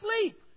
sleep